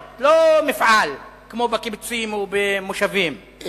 ולא מפעל כמו בקיבוצים או במושבים,